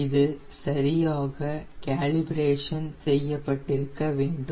இது சரியாக காலிபரேஷன் செய்யபட்டிருக்கவேண்டும்